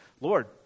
Lord